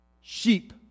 sheep